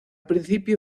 principio